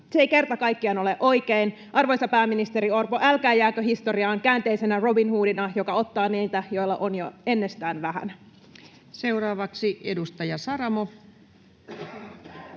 Se ei kerta kaikkiaan ole oikein. Arvoisa pääministeri Orpo, älkää jääkö historiaan käänteisenä Robin Hoodina, joka ottaa niitä, joilla on jo ennestään vähän. Seuraavaksi edustaja Saramo.